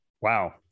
Wow